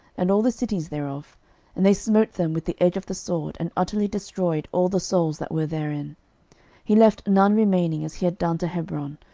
and all the cities thereof and they smote them with the edge of the sword, and utterly destroyed all the souls that were therein he left none remaining as he had done to hebron,